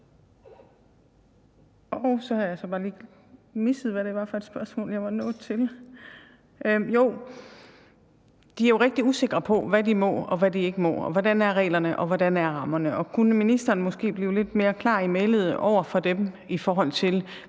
er de jo rigtig usikre på, hvad de må, og hvad de ikke må. Hvordan er reglerne? Og hvordan er rammerne? Kunne ministeren måske blive lidt mere klar i mælet over for dem i forhold til,